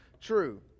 true